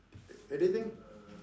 anything